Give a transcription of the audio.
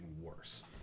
worse